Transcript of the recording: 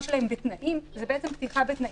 של חלק מהם בתנאים זו בעצם פתיחה בתנאים.